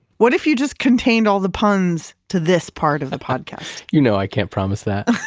what if you just contained all the puns to this part of the podcast? you know i can't promise that